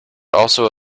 also